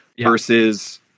versus